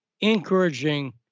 encouraging